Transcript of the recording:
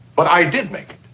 but i did make